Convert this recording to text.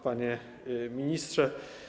Panie Ministrze!